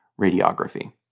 radiography